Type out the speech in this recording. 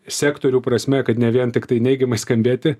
sektorių prasme kad ne vien tiktai neigiamai skambėti